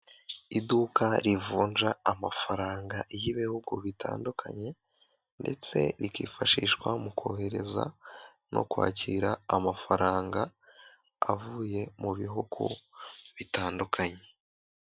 Iduka rivunja amafaranga y'ibihugu bitandukanye, ndetse rikifashishwa mu kohereza no kwakira amafaranga avuye mu bihugu bitandukanye.